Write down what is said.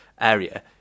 area